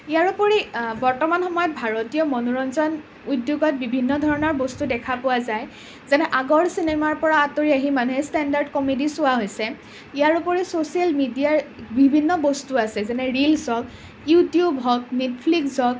ইয়াৰোপৰি বৰ্তমান সময়ত ভাৰতীয় মনোৰঞ্জন উদ্যোগত বিভিন্ন ধৰণৰ বস্তু দেখা পোৱা যায় যেনে আগৰ চিনেমাৰ পৰা আতৰি আহি মানুহে ষ্টেণ্ড আপ কমেডি চোৱা হৈছে ইয়াৰোপৰিও ছ'ছিয়েল মিডিয়াৰ বিভিন্ন বস্তু আছে যেনে ৰিলছ হওক ইউটিউব হওক নেটফ্লিকছ হওক